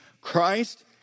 Christ